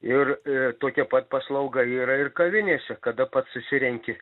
ir tokia pat paslauga yra ir kavinėse kada pats susirenki